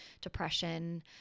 depression